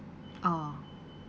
oh